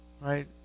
right